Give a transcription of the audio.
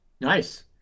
Nice